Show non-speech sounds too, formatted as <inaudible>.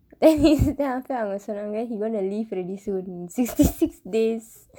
<laughs> then he then after that அவங்க சொன்னாங்க:avangka sonnaangka then he gonna leave already soon sixty six days